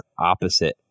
opposite